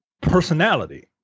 personality